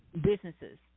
businesses